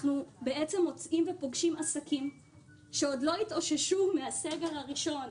אנחנו פוגשים עסקים שעוד לא התאוששו מהסגר הראשון,